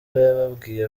yababwiye